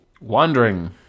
Wandering